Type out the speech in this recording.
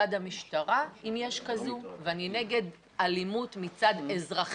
מצד המשטרה אם יש כזו ואני נגד אלימות מצד אזרחים